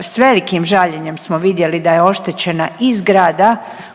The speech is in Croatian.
s velikim žaljenjem smo vidjeli da je oštećena i zgrada koja